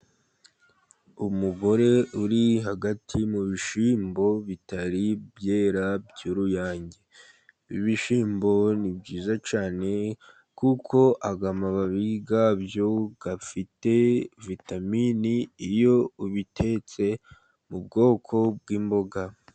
Umugore uri hagati mu bishyimbo bitari byera by'uruyange. Ibishyimbo ni byiza cyane kuko aya mababi yabyo, afite vitamini iyo ubitetse mu bwoko bw'imboga.